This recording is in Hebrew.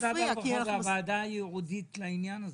ועדת העבודה והרווחה היא הוועדה הייעודית לעניין הזה.